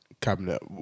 cabinet